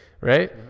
right